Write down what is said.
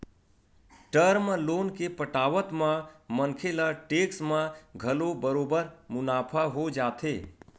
term loan के पटावत म मनखे ल टेक्स म घलो बरोबर मुनाफा हो जाथे